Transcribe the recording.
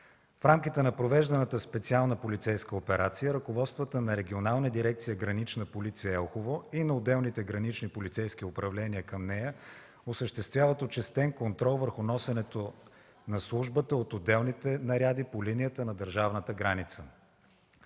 В рамките на провежданата специална полицейска операция ръководствата на Регионална дирекция „Гранична полиция” – Елхово, и на отделните гранични полицейски управления към нея, осъществяват учестен контрол върху носенето на службата от отделните наряди по линията на държавната граница.